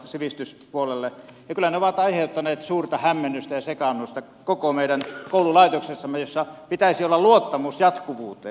ja kyllä ne ovat aiheuttaneet suurta hämmennystä ja sekaannusta koko meidän koululaitoksessamme jossa pitäisi olla luottamus jatkuvuuteen